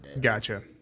Gotcha